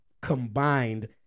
combined